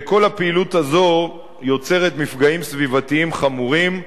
כל הפעילות הזאת יוצרת מפגעים סביבתיים חמורים,